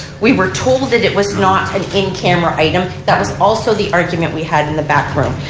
we were told it it was not an in-camera item. that was also the argument we had in the back room.